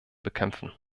bekämpfen